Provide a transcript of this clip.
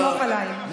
סמוך עליי.